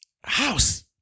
house